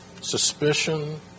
suspicion